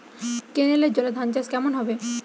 কেনেলের জলে ধানচাষ কেমন হবে?